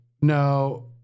no